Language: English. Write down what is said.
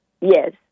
Yes